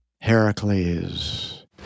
Heracles